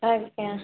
ଆଜ୍ଞା